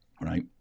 Right